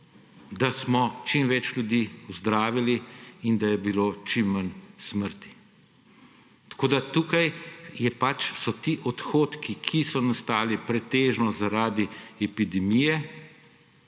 da smo čim več ljudi ozdravili in da je bilo čim manj smrti. Tukaj so pač ti odhodki, ki so nastali pretežno zaradi epidemije,